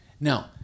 Now